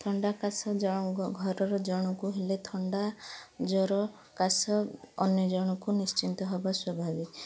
ଥଣ୍ଡାକାଶ ଘରର ଜଣକୁ ହେଲେ ଥଣ୍ଡା ଜ୍ୱର କାଶ ଅନ୍ୟଜଣଙ୍କୁ ନିଶ୍ଚିନ୍ତ ହେବା ସ୍ୱାଭାବିକ